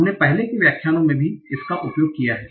हमने पहले के व्याख्यानों में में भी इसका उपयोग किया हैं